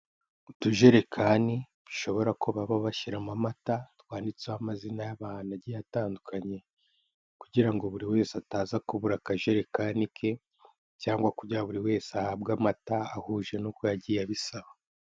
Utujerekani dushobora kuba baba bashyiramo amata twanditseho amazina y'abantu agiye atandukanye kugirango buri wese ataza kubura akajerekani ke cyangwa kugira buri wese ahabwe amata ahuje nuko yagiye abisaba.